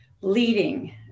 leading